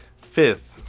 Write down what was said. Fifth